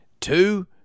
two